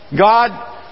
God